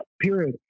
period